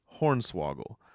hornswoggle